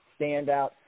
standout